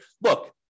look